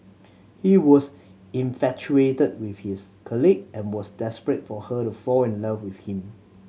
he was infatuated with his colleague and was desperate for her to fall in love with him